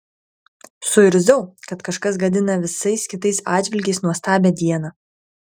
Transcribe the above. suirzau kad kažkas gadina visais kitais atžvilgiais nuostabią dieną